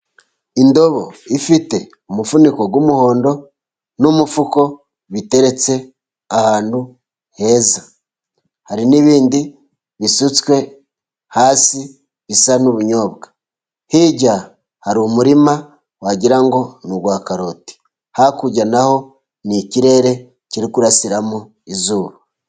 Indobo ifite umufuniko w'umuhondo n'umufuko biteretse ahantu heza. Hari n'ibindi bisutswe hasi bisa n'ubunyobwa. Hirya hari umurima wagira ngo ni uwa karoti. Hakurya naho ni ikirere kiri kurasiramo izuba.